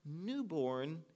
newborn